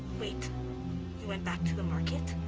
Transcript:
wait, you went back to the market?